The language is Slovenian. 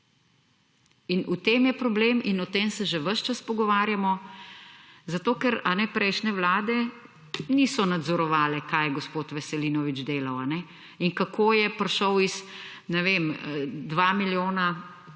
In v tem je problem in o tem se že ves čas pogovarjamo. Zato ker prejšnje vlade niso nadzorovale, kaj je gospod Veselinovič delal in kako je prišel iz, ne vem, 2 milijona